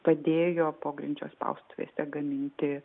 padėjo pogrindžio spaustuvėse gaminti